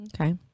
Okay